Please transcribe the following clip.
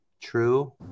True